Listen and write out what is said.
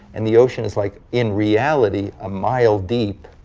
and the ocean is like in reality a mile deep,